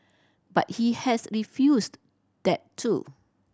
but he has refused that too